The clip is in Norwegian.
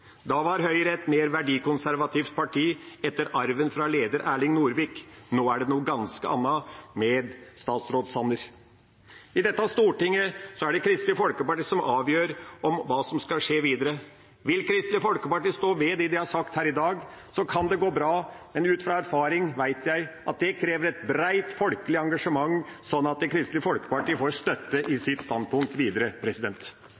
Da var Høyre et mer verdikonservativt parti, etter arven fra leder Erling Norvik. Nå er det noe ganske annet med statsråd Sanner. I dette stortinget er det Kristelig Folkeparti som avgjør hva som skal skje videre. Vil Kristelig Folkeparti stå ved det de har sagt her i dag, kan det gå bra, men ut fra erfaring vet jeg at det krever et bredt folkelig engasjement, slik at Kristelig Folkeparti får støtte i